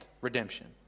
redemption